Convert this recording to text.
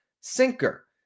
sinker